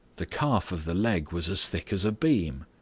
the calf of the leg was as thick as a beam.